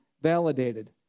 validated